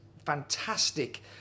fantastic